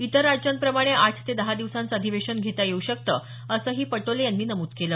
इतर राज्यांप्रमाणे आठ ते दहा दिवसांचं अधिवेशन घेता येऊ शकतं असंही पटोले यांनी नमूद केलं